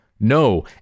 no